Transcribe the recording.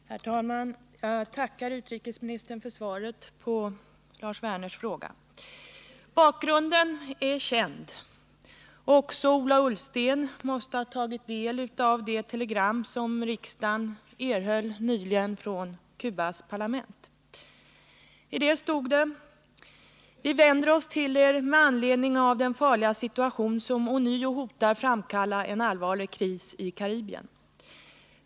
Herr talman! Jag tackar utrikesministern för svaret på Lars Werners fråga. Bakgrunden är känd. Även Ola Ullsten måste ha tagit del av det telegram som riksdagen nyligen erhöll från Cubas parlament. I telegrammet stod det: ”Vi vänder oss till Er med anledning av den farliga situation som ånyo hotar framkalla en allvarlig kris i Karibien.